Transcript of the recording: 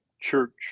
church